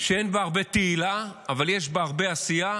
שאין בה הרבה תהילה, אבל יש בה הרבה עשייה.